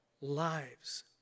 lives